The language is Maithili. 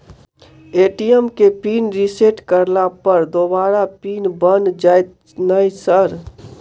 ए.टी.एम केँ पिन रिसेट करला पर दोबारा पिन बन जाइत नै सर?